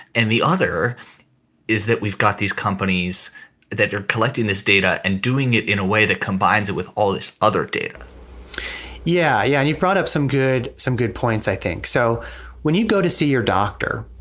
and the other is that we've got these companies that are collecting this data and doing it in a way that combines it with all this other data yeah. yeah and you've brought up some good some good points, i think. so when you go to see your doctor,